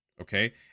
okay